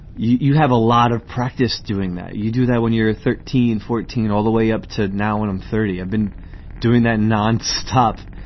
you have a lot of practice doing that. you do that when you're thirteen, fourteen, all the way up to now when i'm thirty, i've been doing that nonstop.